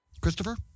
Christopher